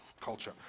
culture